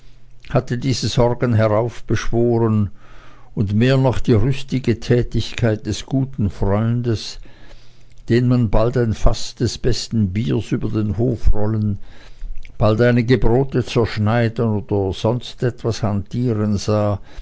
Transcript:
hatte diese sorgen heraufbeschworen und mehr noch die rüstige tätigkeit des guten freundes den man bald ein faß des besten bieres über den hof rollen bald einige brote zerschneiden oder sonst etwas hantieren sah